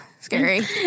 scary